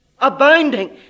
Abounding